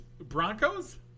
Broncos